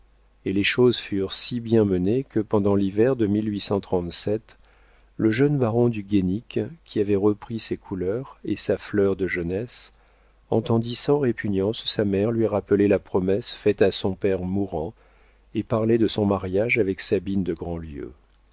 et les choses furent si bien menées que pendant l'hiver de le jeune baron du guénic qui avait repris ses couleurs et sa fleur de jeunesse entendit sans répugnance sa mère lui rappeler la promesse faite à son père mourant et parler de son mariage avec sabine de grandlieu